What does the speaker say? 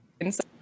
inside